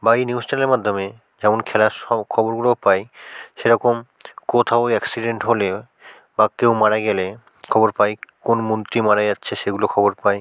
বা এই নিউস চ্যানেলের মাধ্যমে যেমন খেলার সব খবরগুলোও পাই সেরকম কোথাও অ্যাক্সিডেন্ট হলে বা কেউ মারা গেলে খবর পাই কোন মন্ত্রী মারা যাচ্ছে সেগুলো খবর পাই